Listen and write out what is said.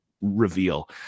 reveal